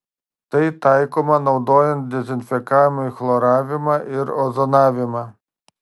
tai taikoma naudojant dezinfekavimui chloravimą ir ozonavimą